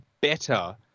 better